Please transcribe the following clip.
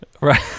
Right